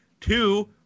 Two